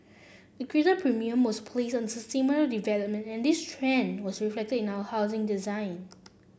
a greater premium was placed on development and this trend was reflected in our housing design